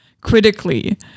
critically